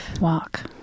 Walk